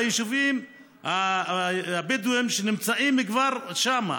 ביישובים הבדואים שנמצאים כבר שם?